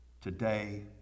today